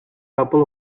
couple